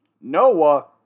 Noah